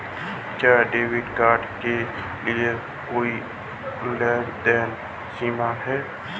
क्या debit card के लिए कोई लेनदेन सीमा है?